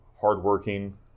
hardworking